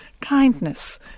kindness